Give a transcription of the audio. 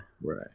right